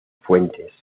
fuentes